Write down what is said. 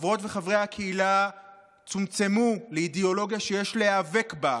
חברות וחברי הקהילה צומצמו לאידיאולוגיה שיש להיאבק בה,